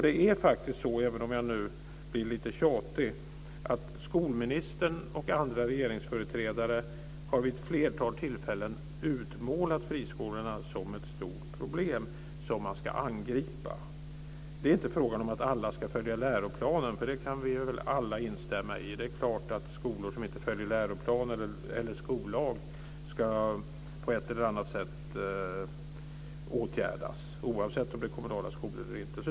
Det är faktiskt så, även om jag nu blir lite tjatig, att skolministern och andra regeringsföreträdare vid ett flertal tillfällen har utmålat friskolorna som ett stort problem som man ska angripa. Det är inte fråga om huruvida alla ska följa läroplanen. Det kan vi väl alla instämma i. Det är klart att skolor som inte följer läroplanen eller skollagen på ett eller annat sätt ska åtgärdas, oavsett om det är kommunala skolor eller inte.